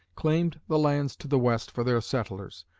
claimed the lands to the west for their settlers.